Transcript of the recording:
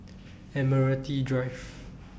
Admiralty Drive